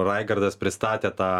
raigardas pristatė tą